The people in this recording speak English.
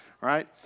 right